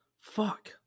fuck